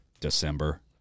December